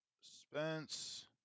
Spence